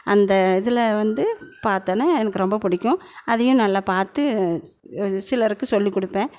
அந்த இதில் வந்து பார்த்தோன்னே எனக்கு ரொம்போ பிடிக்கும் அதையும் நல்லா பார்த்து சிலருக்கு சொல்லிக் கொடுப்பேன்